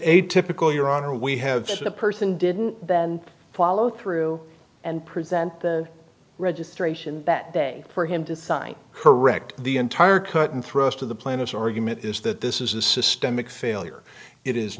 atypical your honor we have the person didn't follow through and present the registration that day for him to sign correct the entire cut and thrust of the planet's argument is that this is a systemic failure it is